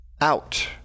out